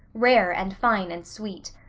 rare and fine and sweet.